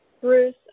Bruce